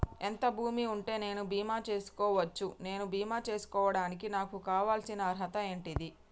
ఎంత భూమి ఉంటే నేను బీమా చేసుకోవచ్చు? నేను బీమా చేసుకోవడానికి నాకు కావాల్సిన అర్హత ఏంటిది?